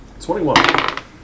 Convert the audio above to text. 21